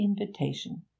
invitation